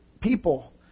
people